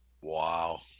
Wow